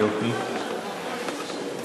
אתה